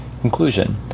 Conclusion